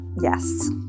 Yes